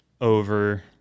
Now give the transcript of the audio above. over